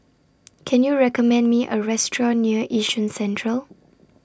Can YOU recommend Me A Restaurant near Yishun Central